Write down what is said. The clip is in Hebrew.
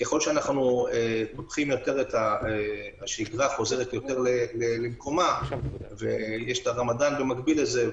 ככל שחוזרים יותר לשגרה ויש את הרמדאן במקביל לזה,